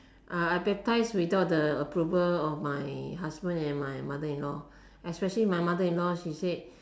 uh I baptized without the approval of my husband and my mother in law especially my mother in law she said